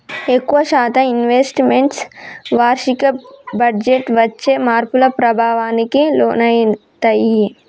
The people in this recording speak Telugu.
ఎక్కువ శాతం ఇన్వెస్ట్ మెంట్స్ వార్షిక బడ్జెట్టు వచ్చే మార్పుల ప్రభావానికి లోనయితయ్యి